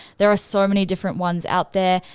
there are so many different ones out there.